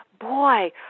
boy